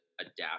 adapt